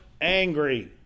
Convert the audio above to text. angry